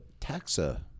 taxa